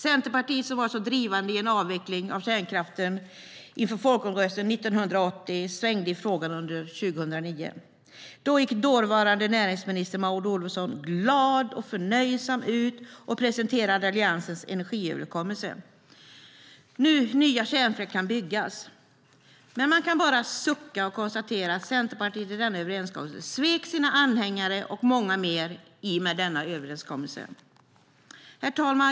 Centerpartiet, som var så drivande för en avveckling inför folkomröstningen 1980, svängde i frågan under 2009. Då gick dåvarande näringsminister Maud Olofsson glad och förnöjsam ut och presenterade Alliansens energiöverenskommelse: Nya kärnkraftverk kan byggas. Man kan bara sucka och konstatera att Centerpartiet i och med denna överenskommelse svek sina anhängare och många fler. Herr talman!